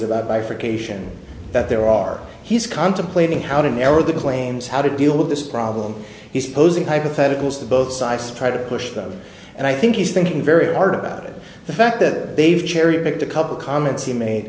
i for cation that there are he's contemplating how to narrow the claims how to deal with this problem he's posing hypotheticals to both sides to try to push them and i think he's thinking very hard about it the fact that they've cherry picked a couple comments he made